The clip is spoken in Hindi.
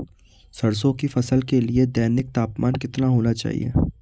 सरसों की फसल के लिए दैनिक तापमान कितना होना चाहिए?